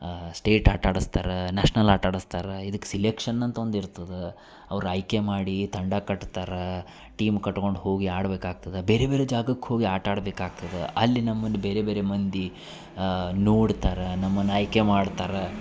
state ಆಟಾಡಿಸ್ತಾರ national ಆಟಾಡಿಸ್ತಾರ ಇದಕ್ಕೆ ಸಿಲೆಕ್ಷನ್ ಅಂತ ಒಂದಿರ್ತದೆ ಅವ್ರು ಆಯ್ಕೆ ಮಾಡಿ ತಂಡ ಕಟ್ತಾರಾ ಟೀಮ್ ಕಟ್ಕೊಂಡು ಹೋಗಿ ಆಡಬೇಕಾಗ್ತದ ಬೇರೆ ಬೇರೆ ಜಾಗಕ್ಕೆ ಹೋಗಿ ಆಟಾಡ್ಬೇಕಾಗ್ತದೆ ಅಲ್ಲಿ ನಮ್ಮನ್ನು ಬೇರೆ ಬೇರೆ ಮಂದಿ ನೋಡ್ತಾರ ನಮ್ಮನ್ನು ಆಯ್ಕೆ ಮಾಡ್ತಾರ